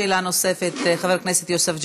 שאלה נוספת לחבר הכנסת יוסף ג'בארין.